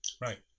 Right